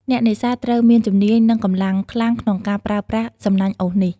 អ្នកនេសាទត្រូវមានជំនាញ និងកម្លាំងខ្លាំងក្នុងការប្រើប្រាស់សំណាញ់អូសនេះ។